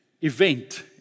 event